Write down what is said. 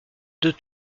deux